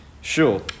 Sure